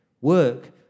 work